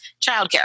childcare